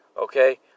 okay